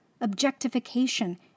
objectification